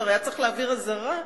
כבר היה צריך להעביר אזהרה לבורסה,